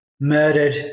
murdered